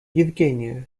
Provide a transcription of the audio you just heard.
евгения